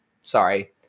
Sorry